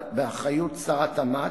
באחריות שר התמ"ת,